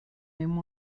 name